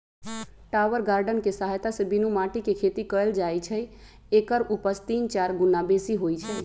tower garden कें सहायत से बीनु माटीके खेती कएल जाइ छइ एकर उपज तीन चार गुन्ना बेशी होइ छइ